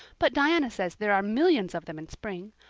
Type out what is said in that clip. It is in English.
but diana says there are millions of them in spring.